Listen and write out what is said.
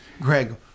Greg